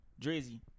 Drizzy